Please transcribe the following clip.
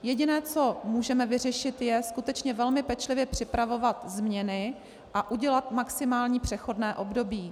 Jediné, co můžeme vyřešit, je skutečně velmi pečlivě připravovat změny a udělat maximální přechodné období.